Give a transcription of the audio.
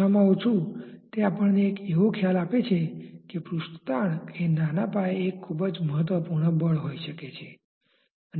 ચાલો આજે આપણે અહીં પૂર્ણ કરીએ અને આપણે આગળના વર્ગમાં આ અભ્યાસ